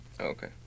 Okay